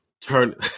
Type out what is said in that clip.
turn